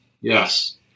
Yes